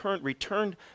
returned